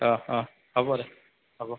অহ অহ হ'ব দে হ'ব